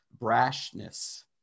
brashness